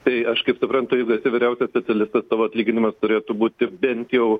tai aš kaip suprantu jeigu esi vyriausias specialistas tavo atlyginimas turėtų būti bent jau